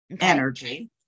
energy